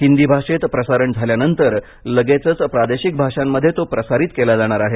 हिंदी भाषेत प्रसारण झाल्यानंतर लगेचच प्रादेशिक भाषांमध्ये तो प्रसारित केला जाणार आहे